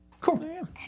Cool